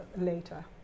later